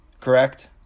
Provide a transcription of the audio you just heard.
correct